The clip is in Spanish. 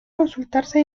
consultarse